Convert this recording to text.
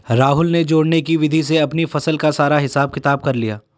राहुल ने जोड़ने की विधि से अपनी फसल का सारा हिसाब किताब कर लिया